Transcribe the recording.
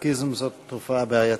אוסטרקיזם זאת תופעה בעייתית.